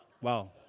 wow